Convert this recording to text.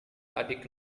adik